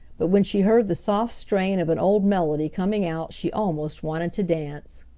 but when she heard the soft strain of an old melody coming out she almost wanted to dance.